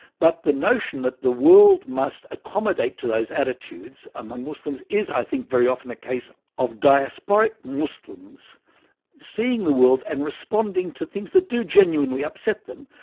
but the notion that the world must accommodate to those attitudes, among muslims is, i think, very often a case of diasporic muslims seeing the world and responding to things that do genuinely upset them.